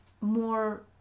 more